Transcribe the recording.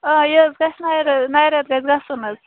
آ یہِ حظ گژھِ نَیہِ رٮ۪تہٕ نَیہِ رٮ۪تہٕ گژھُن حظ